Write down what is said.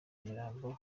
imirambo